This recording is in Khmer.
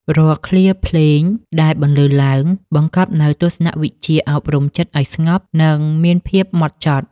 រាល់ឃ្លាភ្លេងដែលបន្លឺឡើង បង្កប់នូវទស្សនវិជ្ជាអប់រំចិត្តឱ្យស្ងប់ និងមានភាពហ្មត់ចត់។